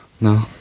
No